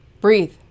breathe